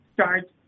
start